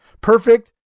perfect